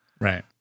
Right